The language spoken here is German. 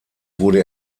wurde